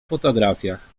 fotografiach